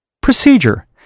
Procedure